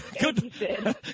Good